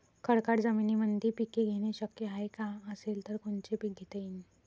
खडकाळ जमीनीमंदी पिके घेणे शक्य हाये का? असेल तर कोनचे पीक घेता येईन?